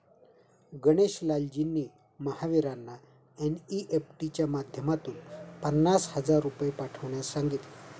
गणेश लालजींनी महावीरांना एन.ई.एफ.टी च्या माध्यमातून पन्नास हजार रुपये पाठवण्यास सांगितले